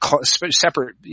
separate